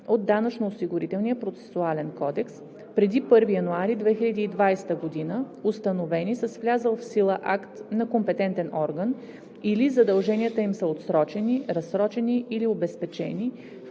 от Данъчно осигурителния процесуален кодекс преди 1 януари 2020 г., установени с влязъл в сила акт на компетентен орган, или задълженията им са отсрочени, разсрочени или обезпечени,